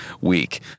week